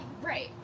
right